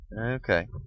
Okay